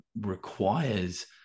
requires